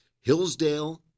hillsdale